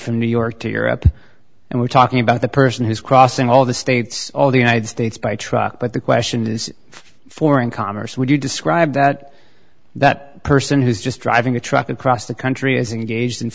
from new york to europe and we're talking about the person who's crossing all the states all the united states by truck but the question is foreign commerce would you describe that that person who's just driving a truck across the country is engaged in